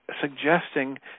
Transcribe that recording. suggesting